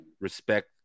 respect